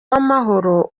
w’amahoro